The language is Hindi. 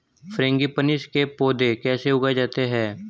फ्रैंगीपनिस के पौधे कैसे उगाए जाते हैं?